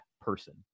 person